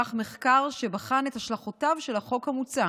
נערך מחקר שבחן את השלכותיו של החוק המוצע.